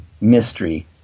mystery